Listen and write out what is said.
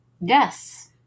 Yes